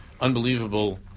Unbelievable